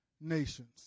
nations